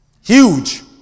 huge